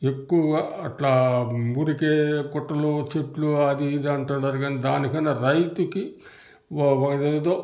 ఎక్కువుగా అట్లా వూరికే గుట్టలు చెట్లు అది ఇది అంటండారు కాని దానికన్నా రైతుకి